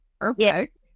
perfect